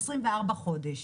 במשך 24 חודשים.